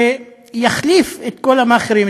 שיחליף את כל המאכערים,